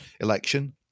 election